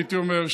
הייתי אומר,